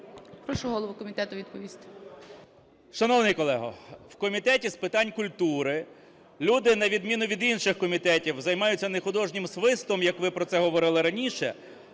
Прошу голову комітету відповісти. 16:46:02 КНЯЖИЦЬКИЙ М.Л. Шановний колего, в Комітеті з питань культури люди на відміну від інших комітетів займаються не художнім свистом, як ви про це говорили раніше,